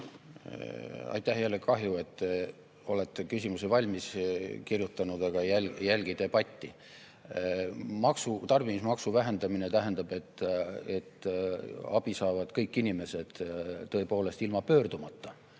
Aitäh! Jälle kahju, et te olete küsimuse valmis kirjutanud, aga ei jälgi debatti. Tarbimismaksu vähendamine tähendab, et abi saavad kõik inimesed ilma pöördumata,